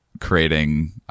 creating